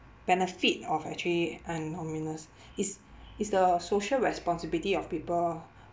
benefit of actually is is the social responsibility of people